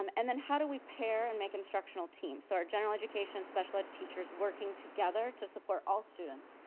um and then how do we pair and make instructional teams? so our general education, special ed teachers, working together to support all students.